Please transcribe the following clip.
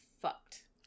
fucked